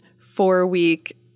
four-week